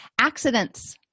Accidents